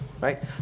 Right